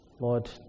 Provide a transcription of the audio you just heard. Lord